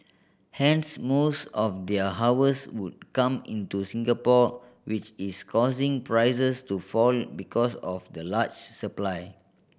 hence most of their harvest would come into Singapore which is causing prices to fall because of the large supply